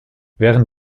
während